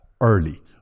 early